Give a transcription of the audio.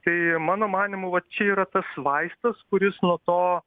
tai mano manymu va čia yra tas vaistas kuris nuo to